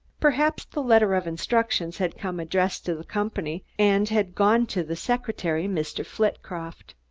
perhaps the letter of instructions had come addressed to the company, and had gone to the secretary, mr. flitcroft.